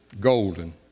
golden